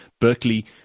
Berkeley